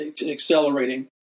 accelerating